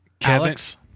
Alex